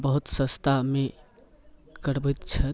बहुत सस्तामे करबैत छथि